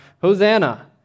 Hosanna